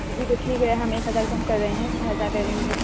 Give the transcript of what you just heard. جی تو ٹھیک ہے ہم ایک ہزار کم کر رہے ہیں چھ ہزار لے لیں گے